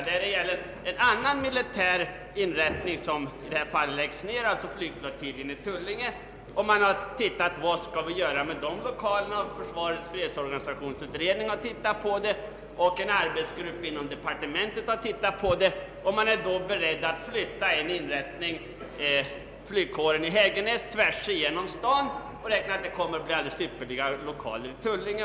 Då nedläggs en annan militär inrättning, nämligen flygflottiljen i Tullinge. Frågan är vad man skall göra med dess lokaler. Försvarets fredsorganisationsutredning och en arbetsgrupp inom departementet har tittat på saken, och avsikten är nu att flytta flygkåren i Hägernäs m.fl. inrättningar tvärsigenom staden, ty det finns ju alldeles ypperliga lokaler i Tullinge.